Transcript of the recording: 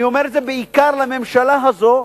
אני אומר את זה בעיקר לממשלה הזו,